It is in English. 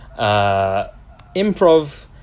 improv